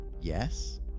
Yes